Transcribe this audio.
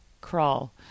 crawl